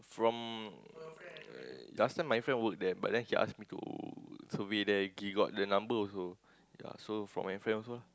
from uh last time my friend work there but then he ask me to to be there he got the number also ya so for my friend also lah